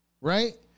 Right